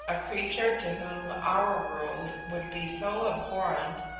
a creature to whom our world would be so abhorrent,